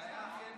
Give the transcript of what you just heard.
בקואליציה הקודמת